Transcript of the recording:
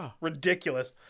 ridiculous